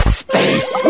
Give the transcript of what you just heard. space